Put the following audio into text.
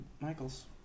Michaels